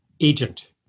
agent